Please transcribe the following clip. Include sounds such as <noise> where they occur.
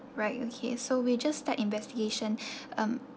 right okay so we just start investigation <breath> um